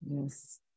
Yes